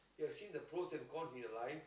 you have seen the pros and cons in your life